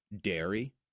dairy